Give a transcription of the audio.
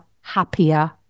happier